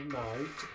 night